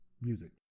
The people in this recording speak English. music